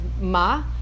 ma